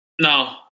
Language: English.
No